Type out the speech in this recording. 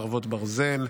חרבות ברזל)